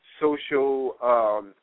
social